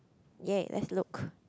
!yay! let's look